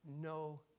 no